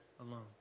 alone